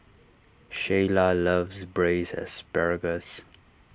Sheyla loves Braised Asparagus